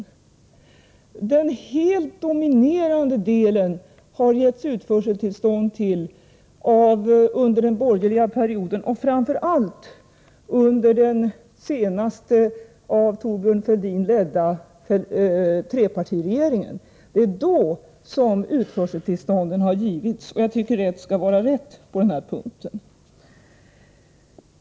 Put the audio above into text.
När det gäller den helt dominerande delen har utförseltillstånd getts under den borgerliga regeringsperioden — framför allt under den sista, av Thorbjörn Fälldin ledda, trepartiregeringens tid. Det var då som utförseltillstånd gavs. Jag säger detta därför att jag tycker att rätt skall vara rätt på den här punkten.